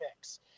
picks